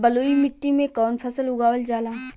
बलुई मिट्टी में कवन फसल उगावल जाला?